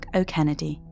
O'Kennedy